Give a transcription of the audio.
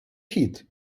hit